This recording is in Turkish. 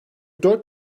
dört